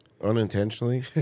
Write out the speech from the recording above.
unintentionally